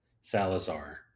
Salazar